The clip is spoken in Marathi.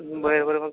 बर बर म